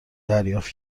دریافت